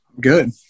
Good